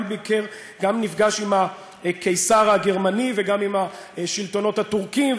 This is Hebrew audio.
גם נפגש עם הקיסר הגרמני וגם עם השלטונות הטורקיים,